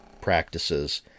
practices